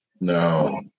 No